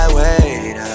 wait